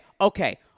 okay